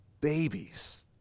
babies